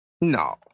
No